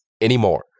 anymore